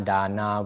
Dana